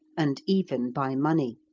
and even by money.